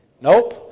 Nope